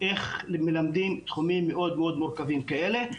איך מלמדים תחומים מאוד מאוד מורכבים כאלה.